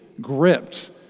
gripped